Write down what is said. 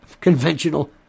conventional